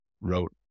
wrote